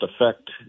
affect